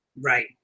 Right